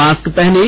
mask पहनें